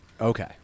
Okay